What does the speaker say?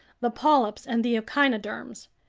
the polyps and the echinoderms.